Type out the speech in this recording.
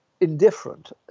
indifferent